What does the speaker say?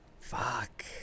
Fuck